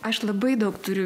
aš labai daug turiu